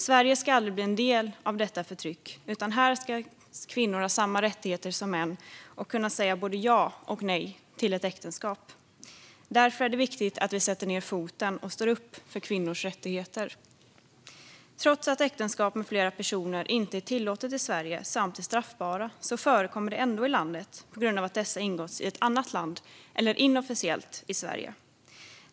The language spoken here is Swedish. Sverige ska aldrig bli en del av detta förtryck, utan här ska kvinnor ha samma rättigheter som män och kunna säga både ja och nej till ett äktenskap. Därför är det viktigt att vi sätter ned foten och står upp för kvinnors rättigheter. Trots att äktenskap med flera personer inte är tillåtet i Sverige samt är straffbart förekommer det ändå i landet på grund av att dessa ingåtts i ett annat land eller inofficiellt i Sverige.